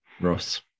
Ross